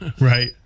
Right